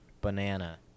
banana